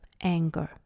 anger